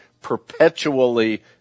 perpetually